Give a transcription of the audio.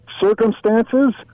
circumstances